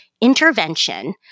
intervention